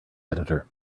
editor